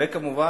וכמובן,